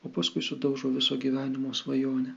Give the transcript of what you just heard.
o paskui sudaužo viso gyvenimo svajonę